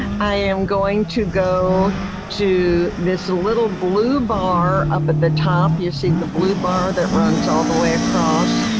i am going to go to this little blue bar up at the top. you see the blue bar that runs all the way across?